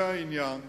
זה העניין.